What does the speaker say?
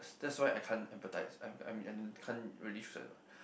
that's why I can't empathize I'm I'm I can't really feel what